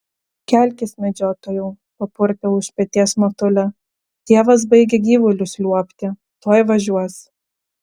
kelkis medžiotojau papurtė už peties motulė tėvas baigia gyvulius liuobti tuoj važiuos